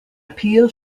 appeal